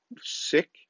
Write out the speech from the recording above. sick